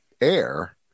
air